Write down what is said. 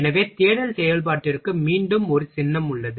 எனவே தேடல் செயல்பாட்டிற்கு மீண்டும் ஒரு சின்னம் உள்ளது